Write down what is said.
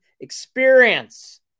experience